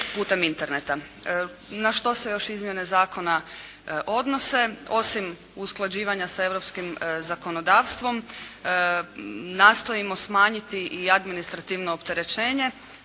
Na što se još izmjene zakona odnose. Osim usklađivanja sa Europskim zakonodavstvom nastojimo smanjiti i administrativno opterećenje